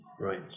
Right